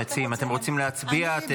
אתם רוצים להצביע?